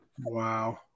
Wow